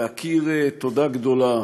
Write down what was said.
להכיר תודה גדולה